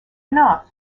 enough